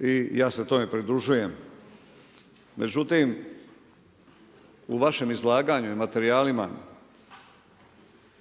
i ja se tome pridružujem. Međutim, u vašem izlaganju i materijalima